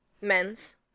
Men's